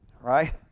right